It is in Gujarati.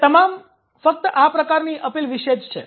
તે તમામ ફક્ત આ પ્રકારની અપીલ વિશે જ છે